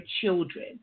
children